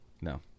No